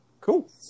cool